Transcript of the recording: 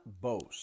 boast